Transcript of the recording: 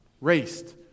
raced